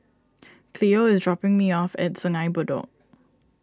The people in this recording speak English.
Cleo is dropping me off at Sungei Bedok